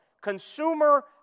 consumer